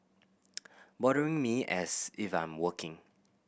bothering me as if I'm working